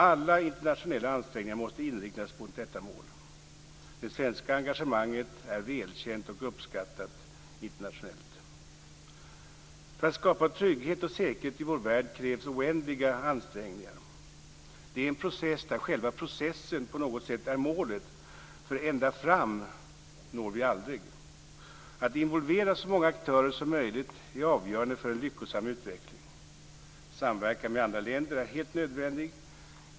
Alla internationella ansträngningar måste inriktas mot detta mål. Det svenska engagemanget är välkänt och uppskattat internationellt. För att skapa trygghet och säkerhet i vår värld krävs oändliga ansträngningar. Det är en process där själva processen på något sätt är målet, för ända fram når vi aldrig. Att involvera så många aktörer som möjligt är avgörande för en lyckosam utveckling. Samverkan med andra länder är helt nödvändig.